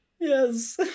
Yes